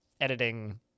Editing